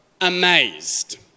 amazed